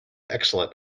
excellent